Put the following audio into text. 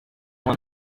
when